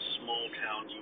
small-town